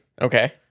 Okay